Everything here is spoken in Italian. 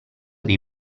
dei